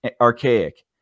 archaic